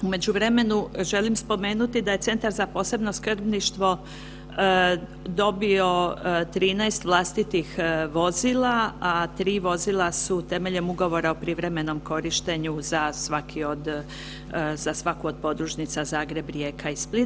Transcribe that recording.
U međuvremenu želim spomenuti da je Centar za posebno skrbništvo dobio 13 vlastitih vozila, a 3 vozila su temeljem ugovora o privremenom korištenju za svaki od, za svaku od podružnica Zagreb, Rijeka i Split.